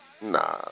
Nah